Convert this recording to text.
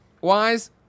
wise